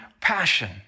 passion